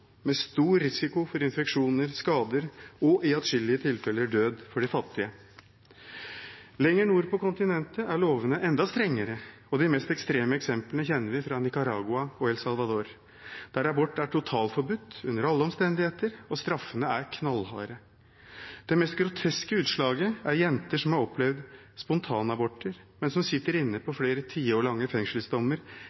med stor risiko for infeksjoner, skader og i atskillige tilfeller død for de fattige. Lenger nord på kontinentet er lovene enda strengere, og de mest ekstreme eksemplene kjenner vi fra Nicaragua og El Salvador, der abort er totalforbudt under alle omstendigheter og straffene er knallharde. Det mest groteske utslaget er jenter som har opplevd spontanaborter, men som sitter inne på